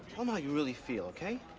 um ah you really feel, okay?